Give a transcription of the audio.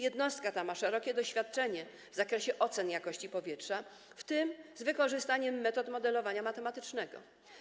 Jednostka ta ma szerokie doświadczenie w zakresie ocen jakości powietrza, w tym z wykorzystaniem metod modelowania matematycznego.